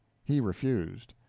he refused.